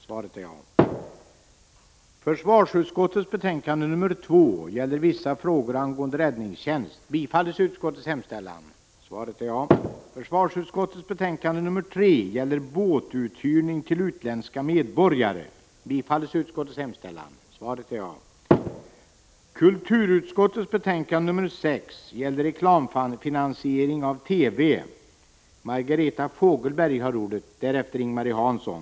Det är det som Sverige inte har gjort och som vi i vpk hoppas kommer att ske när frågan nästa gång blir aktuell.